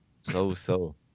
So-so